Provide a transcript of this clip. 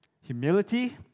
Humility